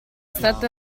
stato